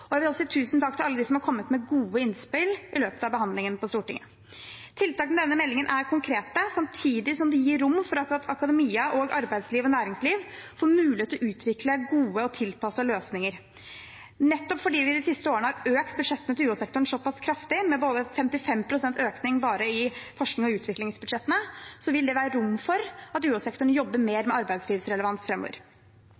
Jeg vil også si tusen takk til alle som har kommet med gode innspill i løpet av behandlingen på Stortinget. Tiltakene i denne meldingen er konkrete, samtidig som de gir rom for at akademia, arbeidsliv og næringsliv får mulighet til å utvikle gode og tilpassede løsninger. Nettopp fordi vi de siste årene har økt budsjettene til UH-sektoren såpass kraftig, med 55 pst. økning bare i forsknings- og utviklingsbudsjettene, vil det være rom for at UH-sektoren jobber mer